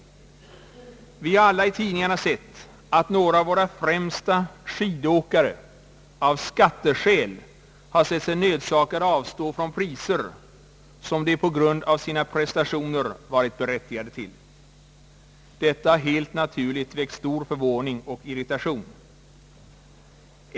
Vi har alla i tidningarna sett att några av våra främsta skidåkare av skatteskäl har sett sig nödsakade avstå från priser som de på grund av sina prestationer varit berättigade tiil. Detta har helt naturligt väckt stor förvåning och irritation.